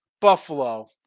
Buffalo